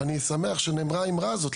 ואני שמח שנאמרה האמרה הזו,